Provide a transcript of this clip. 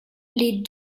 les